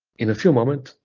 in a few moments,